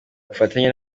ubufatanye